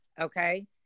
okay